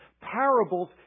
parables